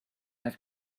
have